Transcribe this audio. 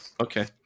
Okay